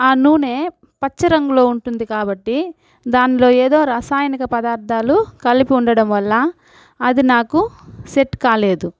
ఆ నూనె పచ్చరంగులో ఉంటుంది కాబట్టి దాన్లో ఏదో రసాయనిక పదార్థాలు కలిపి ఉండడం వల్ల అది నాకు సెట్ కాలేదు